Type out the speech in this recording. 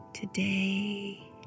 Today